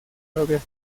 propias